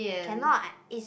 cannot I is